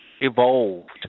evolved